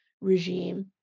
regime